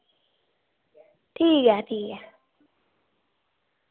ठीक ऐ ठीक ऐ